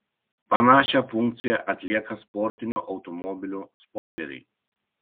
panašią funkciją atlieka sportinių automobilių spoileriai